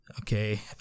okay